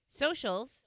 Socials